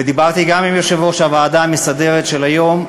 ודיברתי גם עם יושב-ראש הוועדה המסדרת של היום,